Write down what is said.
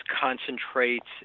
concentrates